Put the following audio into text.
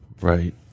Right